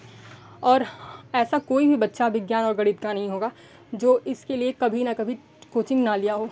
और ऐसा कोई भी बच्चा विज्ञान और गणित का नहीं होगा जो इसके लिए कभी ना कभी कोचिंग न लिया हो